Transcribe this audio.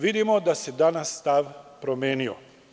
Vidimo da se danas stav promenio.